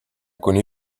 kuni